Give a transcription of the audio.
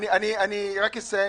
מיכל, אני רק אסיים.